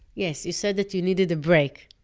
yes, you said that you needed a break.